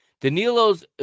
Danilo's